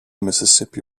mississippi